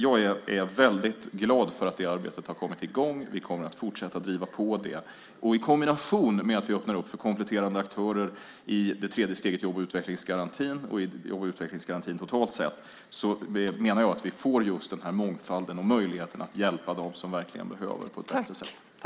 Jag är väldigt glad för att det arbetet har kommit i gång. Vi kommer att fortsätta att driva på det. I kombination med att vi öppnar för kompletterande aktörer i det tredje steget i jobb och utvecklingsgarantin och i utvecklingsgarantin totalt sett menar jag att vi får en mångfald och en möjlighet att hjälpa dem som verkligen behöver det på ett vettigt sätt.